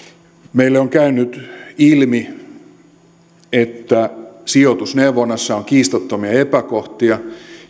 meille on käynyt ilmi että sijoitusneuvonnassa on kiistattomia epäkohtia